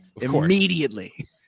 immediately